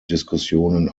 diskussionen